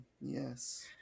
Yes